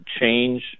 change